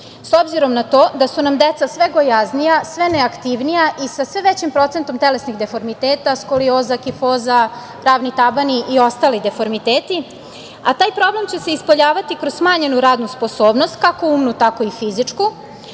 s obzirom na to da su nam deca sve gojaznija, sve neaktivnija i sa sve većim procentom telesnih deformiteta, skolioza, kifoza, ravni tabani i ostali deformiteti, a taj problem će se ispoljavati kroz smanjenu radnu sposobnost, kako umnu, tako i fizičku,